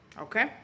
Okay